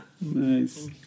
Nice